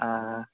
आ